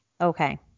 Okay